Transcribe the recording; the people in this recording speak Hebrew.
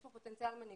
יש פה פוטנציאל מנהיגות